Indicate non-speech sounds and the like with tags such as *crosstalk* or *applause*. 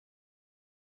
*unintelligible*